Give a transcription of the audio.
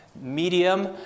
medium